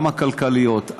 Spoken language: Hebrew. גם הכלכליות,